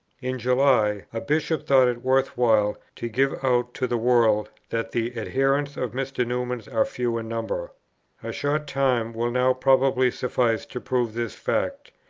in july, a bishop thought it worth while to give out to the world that the adherents of mr. newman are few in number. a short time will now probably suffice to prove this fact.